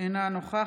נגד